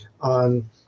on